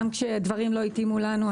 גם כשהדברים לא התאימו לנו,